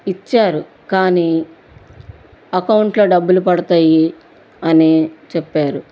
ఇచ్చారు కానీ అకౌంట్లో డబ్బులు పడతాయి అని చెప్పారు